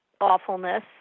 awfulness